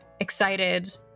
excited